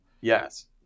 Yes